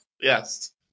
Yes